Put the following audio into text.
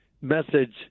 message